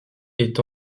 est